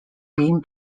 bean